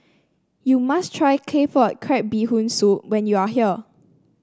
you must try Claypot Crab Bee Hoon Soup when you are here